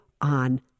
on